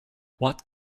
what